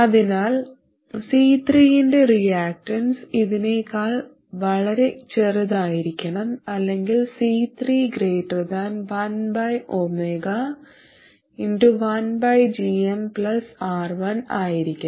അതിനാൽ C3 ന്റ reactance ഇതിനെക്കാൾ വളരെ ചെറുതായിരിക്കണം അല്ലെങ്കിൽ C3≫1ωR1ആയിരിക്കണം